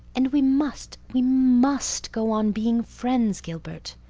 and we must we must go on being friends, gilbert.